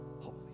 holy